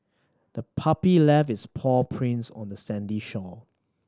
the puppy left its paw prints on the sandy shore